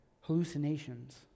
Hallucinations